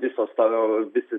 visos tavo visi